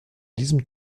diesem